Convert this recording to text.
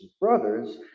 brothers